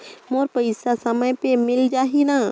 मोर पइसा समय पे मिल जाही न?